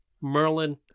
Merlin